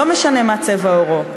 לא משנה מה צבע עורו,